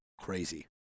crazy